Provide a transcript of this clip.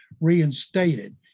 reinstated